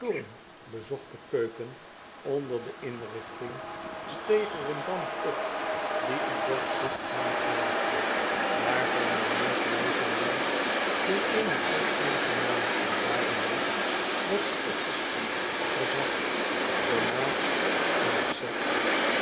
bezochte keuken onder de inrichting steeg er een damp op die een bord soep aankondigde waarvan mijnheer grazinglands door eene onaangename ervaring wist dat ze t verstand verzwakt de maag uitzet